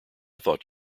thought